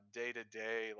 day-to-day